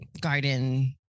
garden